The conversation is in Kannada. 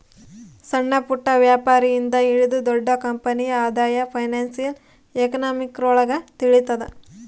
ಸಣ್ಣಪುಟ್ಟ ವ್ಯಾಪಾರಿ ಇಂದ ಹಿಡಿದು ದೊಡ್ಡ ಕಂಪನಿ ಆದಾಯ ಫೈನಾನ್ಶಿಯಲ್ ಎಕನಾಮಿಕ್ರೊಳಗ ತಿಳಿತದ